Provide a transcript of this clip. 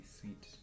sweet